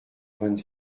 vingt